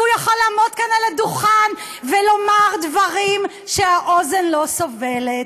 והוא יכול לעמוד כאן על הדוכן ולומר דברים שהאוזן לא סובלת.